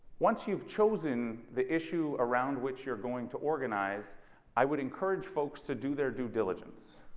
once you've chosen the issue around which you're going to organize i would encourage folks to do their due diligence